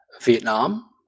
Vietnam